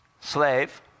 Slave